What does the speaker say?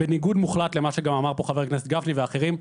ניגוד מוחלט למה שגם אמר כאן חבר הכנסת גפני ואחרים,